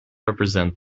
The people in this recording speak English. represent